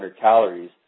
calories